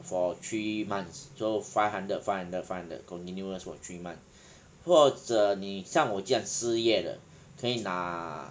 for three months so five hundred five hundred five hundred continuous for three month 或者你像我这样失业的可以拿